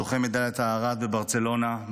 זוכה מדליית הארד בברצלונה,